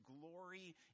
glory